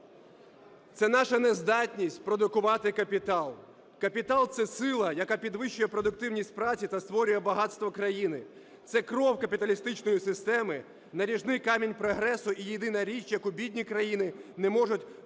Це наша нездатність продукувати капітал. "Капітал – це сила, яка підвищує продуктивність праці та створює багатство країни, це кров капіталістичної системи, наріжний камінь прогресу і єдина річ, яку бідні країни не можуть зробити